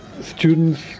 Students